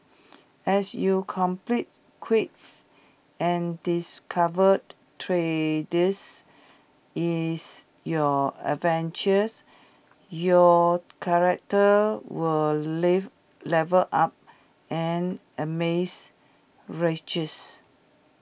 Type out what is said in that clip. as you complete quests and discovered treasures is your adventures your character will level up and amass riches